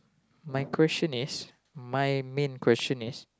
my question is my main question is